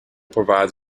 provides